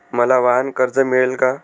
मला वाहनकर्ज मिळेल का?